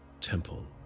temple